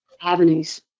avenues